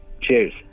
Cheers